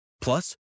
plus